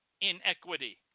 inequity